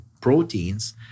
proteins